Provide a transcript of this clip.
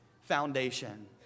foundation